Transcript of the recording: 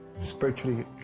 spiritually